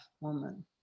Woman